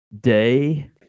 Day